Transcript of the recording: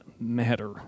matter